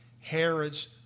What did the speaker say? Herod's